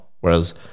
Whereas